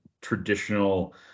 traditional